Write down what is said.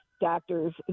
doctors